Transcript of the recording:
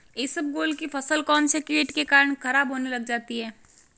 इसबगोल की फसल कौनसे कीट के कारण खराब होने लग जाती है?